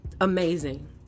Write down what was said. amazing